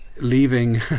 leaving